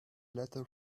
letter